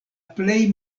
plej